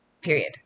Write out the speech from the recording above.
Period